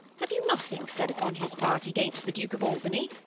have you nothing said upon his party gainst the duke of albany?